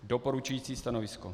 Doporučující stanovisko.